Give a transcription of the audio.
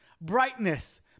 brightness